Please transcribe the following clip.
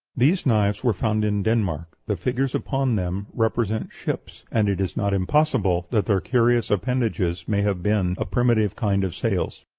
these knives were found in denmark. the figures upon them represent ships, and it is not impossible that their curious appendages may have been a primitive kind of sails.